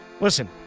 Listen